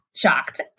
shocked